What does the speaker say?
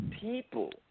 people